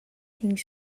hing